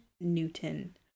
Newton